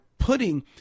putting